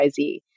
XYZ